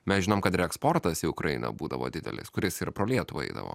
mes žinom kad ir eksportas į ukrainą būdavo didelis kuris ir pro lietuvą eidavo